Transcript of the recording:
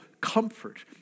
comfort